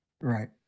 Right